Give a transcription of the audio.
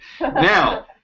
Now